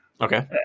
Okay